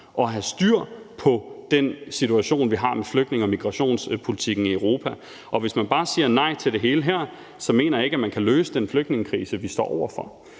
at have styr på den situation, vi har med flygtninge- og migrationspolitikken i Europa, og hvis man her bare siger nej til det hele, så mener jeg ikke, at man kan løse den flygtningekrise, vi står overfor.